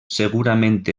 segurament